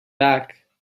back